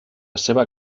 seva